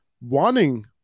wanting